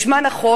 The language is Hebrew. זה נשמע נכון,